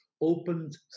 opened